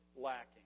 lacking